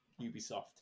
ubisoft